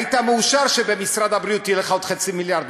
היית מאושר שבמשרד הבריאות יהיה לך עוד חצי מיליארד,